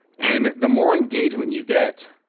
and the more engagement you get,